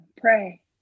Pray